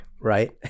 right